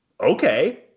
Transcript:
okay